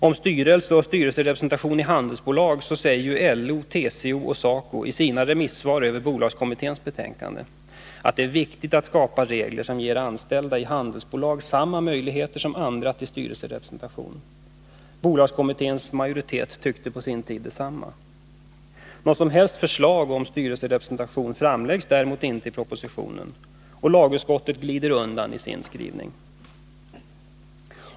Om styrelse och styrelserepresentation i handelsbolag säger LO, TCO och SACO i sina remissvar över bolagskommitténs betänkande att det är viktigt att skapa regler som ger anställda i handelsbolag samma möjligheter som andra till styrelserepresentation. Bolagskommitténs majoritet tyckte på sin tid detsamma. Något som helst förslag om styrelserepresentation framläggs däremot inte i propositionen. Och lagutskottet glider undan i sin skrivning.